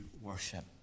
worship